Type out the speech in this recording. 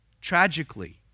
Tragically